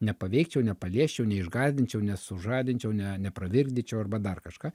nepaveikčiau nepaliesčiau neišgąsdinčiau nesužadinčiau ne nepravirkdyčiau arba dar kažką